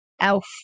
elf